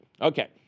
Okay